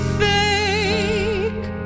fake